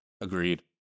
agreed